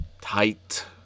tight